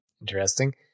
Interesting